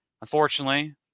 unfortunately